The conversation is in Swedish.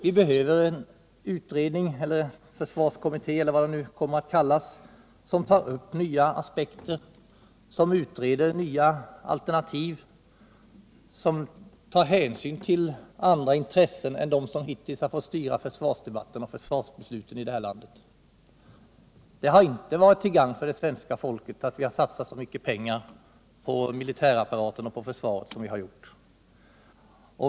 Vi behöver en utredning, kommitté eller vad det nu kommer att kallas, som tar upp nya aspekter, utreder nya alternativ och tar hänsyn till andra intressen än de som hiuills har fått styra försvarsdebatten och försvarsbesluten här i landet. Det har inte varit till gagn för det svenska folket att vi har satsat så mycket pengar på militärapparaten och försvaret som vi har gjort.